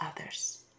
others